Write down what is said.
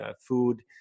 food